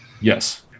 yes